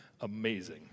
amazing